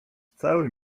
cały